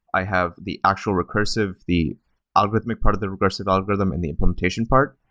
i have the actual recursive, the algorithmic part of the recursive algorithm, and the implementation part.